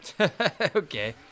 Okay